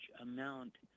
amount